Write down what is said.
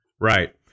Right